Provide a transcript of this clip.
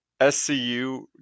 SCU